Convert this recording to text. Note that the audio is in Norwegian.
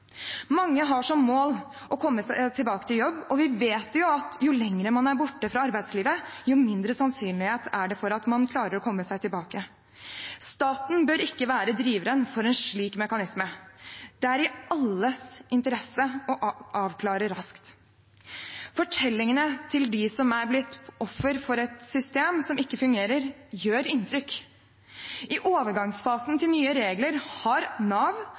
Mange har som mål å komme seg tilbake til jobb, og vi vet at jo lenger man er borte fra arbeidslivet, jo mindre sannsynlig er det at man klarer å komme seg tilbake. Staten bør ikke være driveren for en slik mekanisme. Det er i alles interesse å avklare raskt. Fortellingene til dem som er blitt offer for et system som ikke fungerer, gjør inntrykk. I overgangsfasen til nye regler har Nav